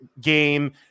game